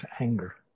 anger